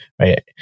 Right